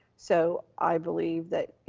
so i believe that, you